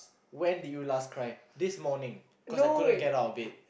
when did you last cry this morning cause I couldn't get out of bed